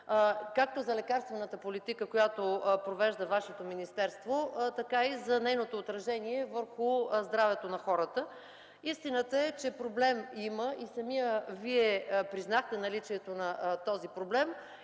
както за лекарствената политика, която провежда вашето министерство, така и за нейното отражение върху здравето на хората. Истината е, че проблем има, и самият Вие признахте наличието на този проблем.